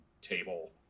table